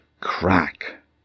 crack